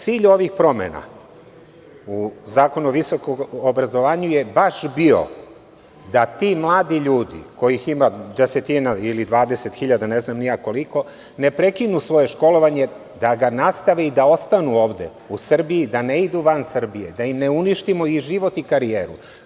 Cilj ovih promena u Zakonu o visokom obrazovanju je baš bio da ti mladi ljudi, kojih ima desetina ili 20.000 ne znam ni ja koliko, ne prekinu svoje školovanje, da ga nastave i da ostanu ovde u Srbiji, da ne idu van Srbije, da im ne uništimo i život i karijeru.